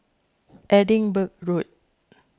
Edinburgh Road